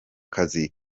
kazi